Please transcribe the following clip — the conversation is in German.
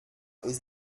ist